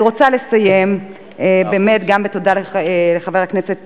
אני רוצה לסיים באמת גם בתודה לחבר הכנסת,